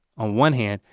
on one hand,